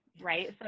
right